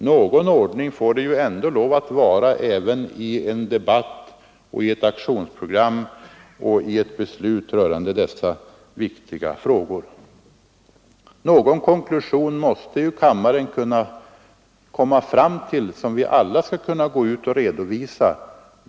Någon ordning får det ändå lov att vara även i en debatt, i ett aktionsprogram och i ett beslut rörande dessa viktiga frågor. Någon konklusion måste kammaren komma fram till, som vi alla kan redovisa.